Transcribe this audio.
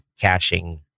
caching